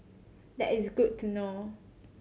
that is good to know